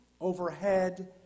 overhead